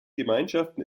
gemeinschaften